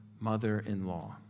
mother-in-law